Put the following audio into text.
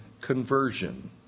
conversion